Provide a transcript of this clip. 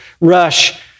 rush